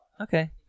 okay